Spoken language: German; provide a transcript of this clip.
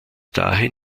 dahin